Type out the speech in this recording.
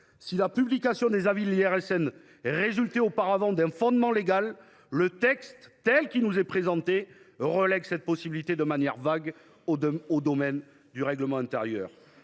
Si la publication des avis de l’IRSN reposait auparavant sur un fondement légal, le texte, tel qu’il nous est présenté, relègue cette possibilité, de manière vague, au domaine du règlement intérieur.